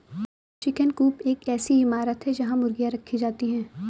chicken coop एक ऐसी इमारत है जहां मुर्गियां रखी जाती हैं